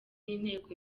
inteko